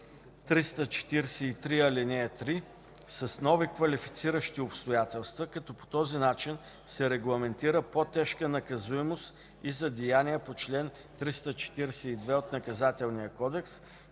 343, ал. 3 с нови квалифициращи обстоятелства, като по този начин се регламентира по-тежка наказуемост и за деяния по чл. 342 от Наказателния кодекс,